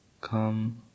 come